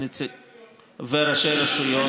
וראשי רשויות.